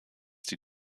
die